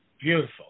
Beautiful